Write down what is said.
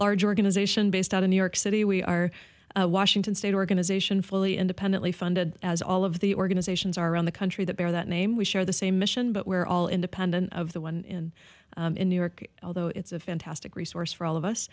large organization based out of new york city we are washington state organization fully independently funded as all of the organizations are around the country that bear that name we share the same mission but we're all independent of the one in new york although it's a fantastic resource for all of us